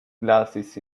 glasses